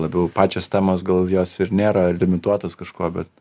labiau pačios temos gal jos ir nėra limituotos kažkuo bet